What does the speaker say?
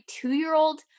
two-year-old